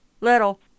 Little